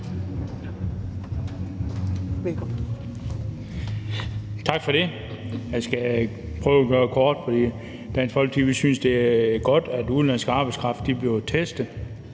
Tak for det. Jeg skal prøve at gøre det kort. I Dansk Folkeparti synes vi, at det er godt, at udenlandsk arbejdskraft bliver testet,